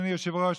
אדוני היושב-ראש,